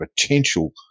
potential